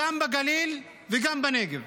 גם בגליל וגם בנגב.